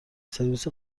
سرویس